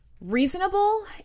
Reasonable